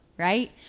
right